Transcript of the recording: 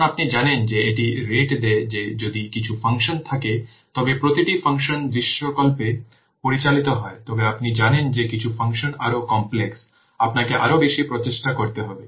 কারণ আপনি জানেন যে এটি রেট দেয় যে যদি কিছু ফাংশন থাকে তবে প্রতিটি ফাংশন দৃশ্যকল্পে পরিচালিত হয় তবে আপনি জানেন যে কিছু ফাংশন আরও কমপ্লেক্স আপনাকে আরও বেশি প্রচেষ্টা করতে হবে